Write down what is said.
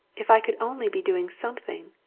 if i could only be doing something!